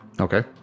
okay